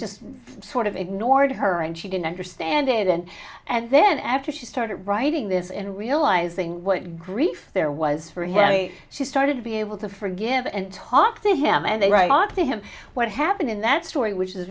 just sort of ignored her and she didn't understand it and and then after she started writing this and realizing what grief there was for him she started to be able to forgive and talk to him and they write to him what happened in that story which